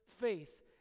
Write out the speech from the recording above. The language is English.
faith